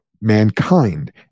mankind